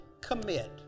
commit